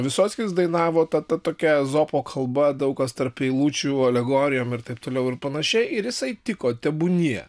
visockis dainavo ta ta tokia ezopo kalba daug kas tarp eilučių alegorijom ir taip toliau ir panašiai ir jisai tiko tebūnie